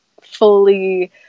fully